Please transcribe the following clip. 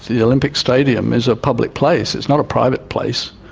the olympic stadium is a public place, it's not a private place,